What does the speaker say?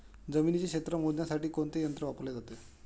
जमिनीचे क्षेत्र मोजण्यासाठी कोणते यंत्र वापरले जाते?